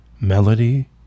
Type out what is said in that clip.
Melody